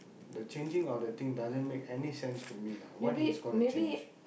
the changing of the thing doesn't make any sense to me lah what he is gonna change